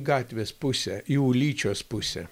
gatvės pusę į ulyčios pusę